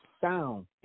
sound